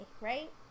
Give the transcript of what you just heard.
right